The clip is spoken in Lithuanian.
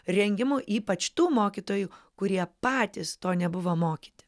rengimu ypač tų mokytojų kurie patys to nebuvo mokyti